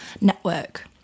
network